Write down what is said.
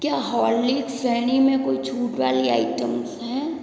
क्या हॉर्लिक्स श्रेणी में कोई छूट वाली आइटम्स हैं